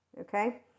okay